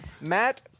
Matt